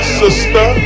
sister